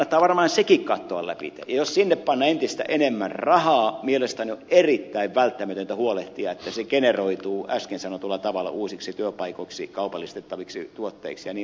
kannattaa varmaan sekin katsoa lävitse ja jos sinne pannaan entistä enemmän rahaa mielestäni on erittäin välttämätöntä huolehtia että se generoituu äsken sanotulla tavalla uusiksi työpaikoiksi kaupallistettaviksi tuotteiksi jnp